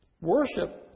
worship